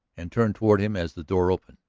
and turned toward him as the door opened.